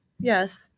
Yes